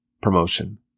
promotion